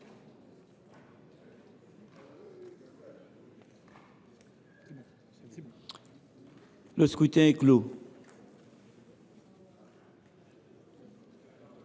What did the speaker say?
Le scrutin est clos.